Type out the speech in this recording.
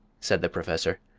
said the professor,